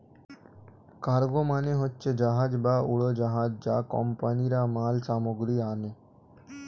cargo মানে হচ্ছে জাহাজ বা উড়োজাহাজ যা কোম্পানিরা মাল সামগ্রী আনে